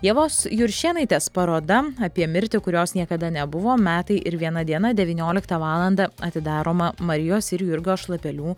ievos juršėnaitės paroda apie mirtį kurios niekada nebuvo metai ir viena diena devynioliktą valandą atidaroma marijos ir jurgio šlapelių